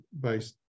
based